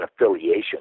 affiliation